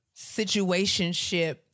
Situationship